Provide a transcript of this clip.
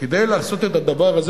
כדי לעשות את הדבר הזה,